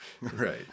Right